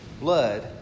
blood